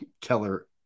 Keller